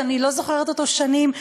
שאני לא זוכרת כמותו שנים,